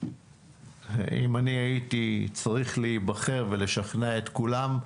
אם אני הייתי צריך להיבחר ולשכנע את כולם,